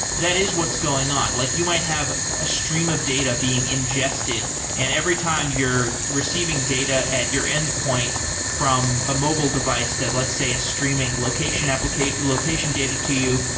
that is what's going on. like you might have a stream of data being ingested and every time you're receiving data at your endpoint from a mobile device that let's say a streaming location location data to you,